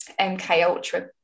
MKUltra